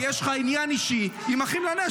יש לך עניין אישי עם אחים לנשק.